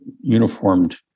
uniformed